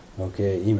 Okay